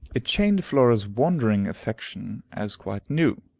it chained flora's wondering attention as quite new.